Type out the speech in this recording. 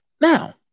Now